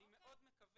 אני מאוד מקווה.